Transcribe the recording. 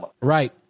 right